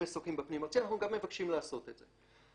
במסוקים בפנים-ארצי, אנחנו גם מבקשים לעשות את זה.